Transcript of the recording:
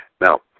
Now